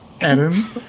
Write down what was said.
Adam